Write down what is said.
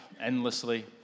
endlessly